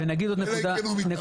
אלא אם כן הוא מתאבד.